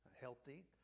healthy